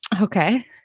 Okay